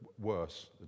worse